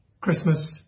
Christmas